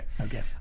Okay